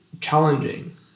Challenging